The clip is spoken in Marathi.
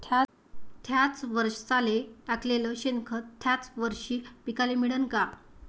थ्याच वरसाले टाकलेलं शेनखत थ्याच वरशी पिकाले मिळन का?